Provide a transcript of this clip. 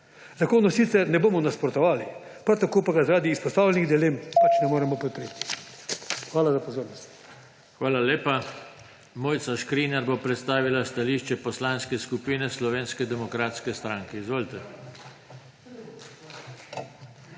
Zakonu sicer ne bomo nasprotovali, prav tako pa ga zaradi izpostavljenih dilem pač ne moremo podpreti. Hvala za pozornost. PODPREDSEDNIK JOŽE TANKO: Hvala lepa. Mojca Škrinjar bo predstavila stališče Poslanske skupine Slovenske demokratske stranke. Izvolite.